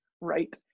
Right